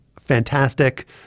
fantastic